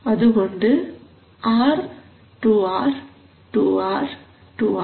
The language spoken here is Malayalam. അതുകൊണ്ട് ആർ ടുആർ ടുആർ ടുആർ